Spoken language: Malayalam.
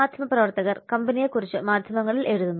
മാധ്യമ പ്രവർത്തകർ കമ്പനിയെക്കുറിച്ച് മാധ്യമങ്ങളിൽ എഴുതുന്നു